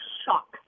shock